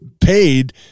paid